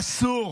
אסור.